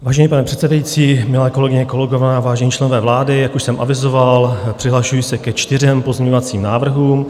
Vážený pane předsedající, milé kolegyně, kolegové, vážení členové vlády, jak už jsem avizoval, přihlašuji se ke čtyřem pozměňovacím návrhům.